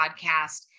podcast